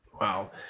Wow